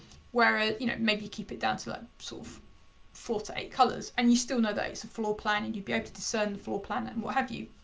whereas. you know, maybe keep it down to like sort of four to eight colors and you still know that is a floor plan and you'd be able to discern the plan and what have you.